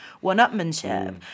one-upmanship